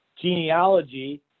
genealogy